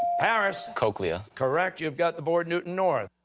paris? cochlea. correct. you've got the board, newton north.